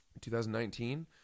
2019